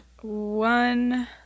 one